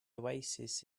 oasis